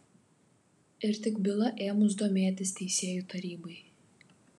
ir tik byla ėmus domėtis teisėjų tarybai